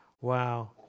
Wow